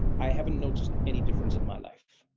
i haven't noticed any difference in my life.